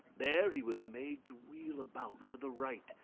there he was made to wheel about to the right,